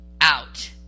out